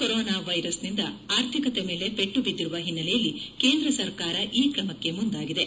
corona ವೈರಸ್ನಿಂದ ಆರ್ಥಿಕತೆ ಮೇಲೆ ಪೆಟ್ಟು ಬಿದ್ದಿರುವ ಓನ್ನೆಲೆಯಲ್ಲಿ ಕೇಂದ್ರ ಸರ್ಕಾರ ಈ ಕ್ರಮಕ್ಕೆ ಮುಂದಾಗಿದೆ